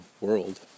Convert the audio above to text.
World